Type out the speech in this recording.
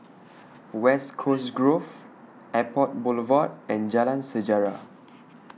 West Coast Grove Airport Boulevard and Jalan Sejarah